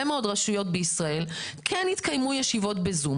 מאוד רשויות בישראל כן התקיימו ישיבות ב-זום.